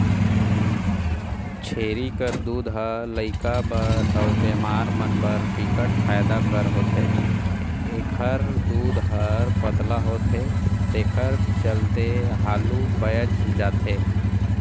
छेरी कर दूद ह लइका बर अउ बेमार मन बर बिकट फायदा कर होथे, एखर दूद हर पतला होथे तेखर चलते हालु पयच जाथे